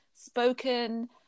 spoken